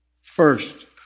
First